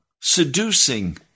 seducing